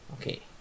Okay